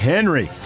Henry